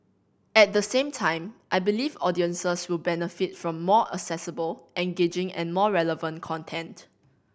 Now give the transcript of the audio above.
at the same time I believe audiences will benefit from more accessible engaging and more relevant content